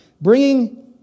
bringing